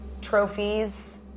trophies